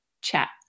chat